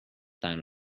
time